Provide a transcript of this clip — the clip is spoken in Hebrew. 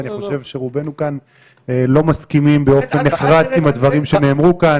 ואני חושב שרובנו כאן לא מסכימים באופן נחרץ עם הדברים שנאמרו כאן.